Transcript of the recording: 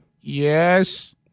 Yes